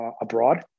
abroad